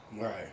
Right